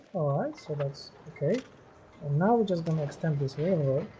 right so that's okay now we just can extend this railroad